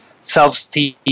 self-esteem